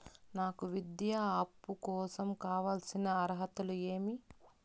నాకు విద్యా అప్పు కోసం కావాల్సిన అర్హతలు ఏమి?